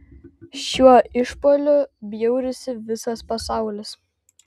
šiuo išpuoliu bjaurisi visas pasaulis